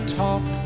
talk